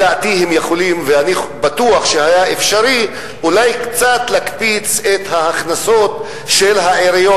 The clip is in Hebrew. אני בטוח שהיה אפשר קצת להקפיץ את ההכנסות של העיריות,